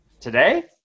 Today